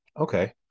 Okay